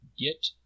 get